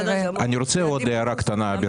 אני רוצה עוד הערה קטנה, ברשותך.